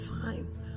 time